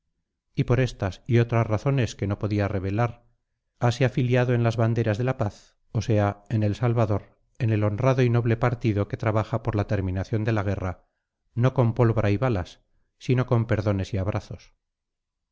y por estas y otras razones que no podía revelar hase afiliado en las banderas de la paz o sea en el salvador en el honrado y noble partido que trabaja por la terminación de la guerra no con pólvora y balas sino con perdones y abrazos